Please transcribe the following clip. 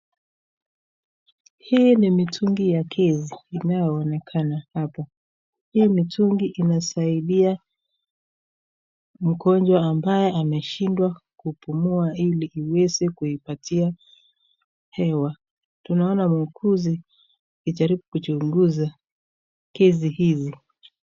Hii ni mitungi ya gesi inaonekana hapa. Hii mitungi inasaidia mgonjwa ambaye ameshindwa kupumua ili iweze kuipatia hewa. Tunaona muuguzi akijaribu kuchunguza gesi hizi.